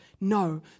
No